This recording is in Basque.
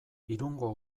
irungo